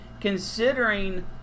considering